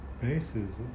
bases